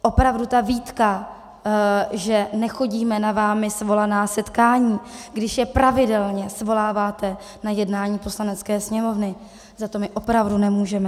Opravdu ta výtka, že nechodíme na vámi svolaná setkání, když je pravidelně svoláváte na jednání Poslanecké sněmovny, za to my opravdu nemůžeme.